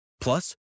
Plus